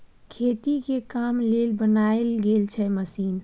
खेती के काम लेल बनाएल गेल छै मशीन